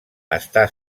està